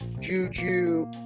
Juju